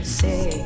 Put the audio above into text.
say